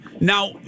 Now